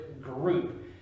group